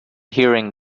hearing